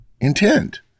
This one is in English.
intent